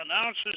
announces